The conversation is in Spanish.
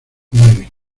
muere